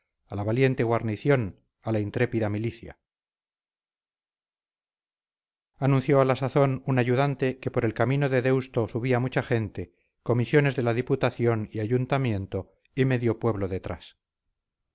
a la valiente guarnición a la intrépida milicia anunció a la sazón un ayudante que por el camino de deusto subía mucha gente comisiones de la diputación y ayuntamiento y medio pueblo detrás